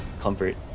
Comfort